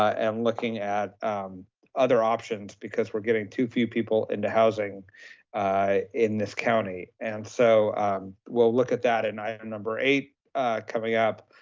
and looking at other options because we're getting too few people into housing in this county. and so we'll look at that in item number eight coming up,